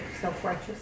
Self-righteous